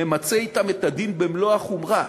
נמצה אתם את הדין במלוא החומרה.